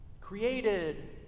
created